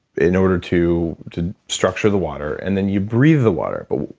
in order to to structure the water, and then you breathe the water. but,